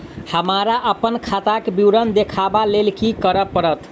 हमरा अप्पन खाताक विवरण देखबा लेल की करऽ पड़त?